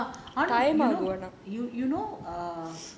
you know you know err